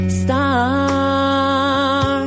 star